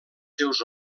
seus